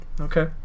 Okay